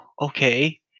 okay